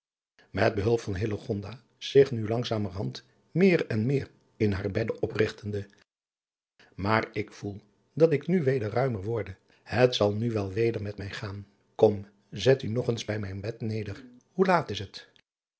meer en meer in haar bedde oprigtende maar ik voel dat ik nu weder ruimer worde het zal nu wel weder met mij gaan kom zet u nog eens bij mijn bed neder hoe laat is het